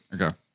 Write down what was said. Okay